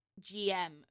gm